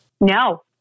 No